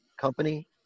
company